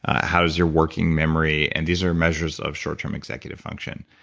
how is your working memory, and these are measures of short term executive function.